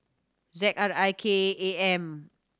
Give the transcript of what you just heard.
Z R I K eight M